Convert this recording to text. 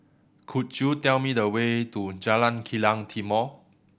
could you tell me the way to Jalan Kilang Timor